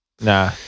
Nah